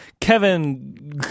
Kevin